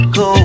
go